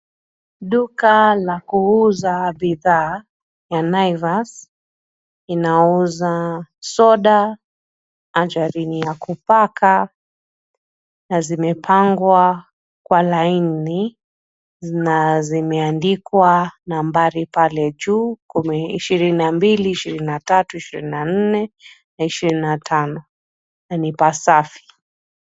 Duka la kuuza bidhaa ya Naivas, inauza soda, majarini ya kupaka , na zimepangwa kwa laini na zimeandikwa nambari pale juu . Kuna ishirini na mbili , ishirini na tatu , ishirini na nne na ishirini na tano na ni pasafi .